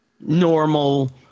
normal